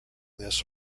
this